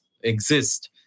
exist